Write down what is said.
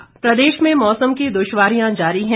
मौसम प्रदेश में मौसम की दुश्वारियां जारी है